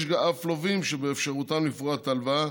יש אף לווים שבאפשרותם לפרוע את ההלוואה,